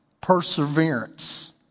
perseverance